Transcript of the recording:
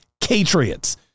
patriots